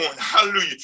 Hallelujah